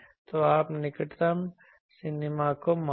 तो आप निकटतम मिनीमा को मापें